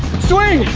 swing.